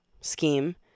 scheme